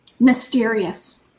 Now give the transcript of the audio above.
mysterious